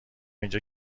اینجا